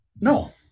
No